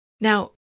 Now